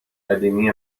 قدیمی